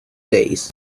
days